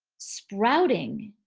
sprouting,